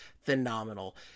phenomenal